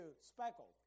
speckled